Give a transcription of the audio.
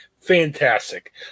Fantastic